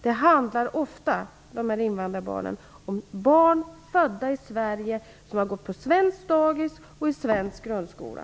Det handlar ofta om barn som är födda i Sverige och har gått på svenskt dagis och i svensk grundskola.